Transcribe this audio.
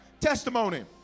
Testimony